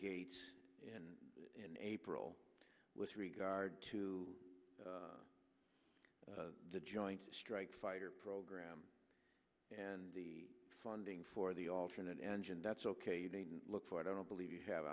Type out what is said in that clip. gates and in april with regard to the joint strike fighter program and the funding for the alternate engine that's ok you didn't look for it i don't believe you have